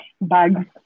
bags